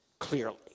clearly